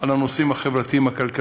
על הנושאים החברתיים-הכלכליים,